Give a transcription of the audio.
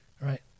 right